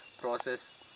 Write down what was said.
process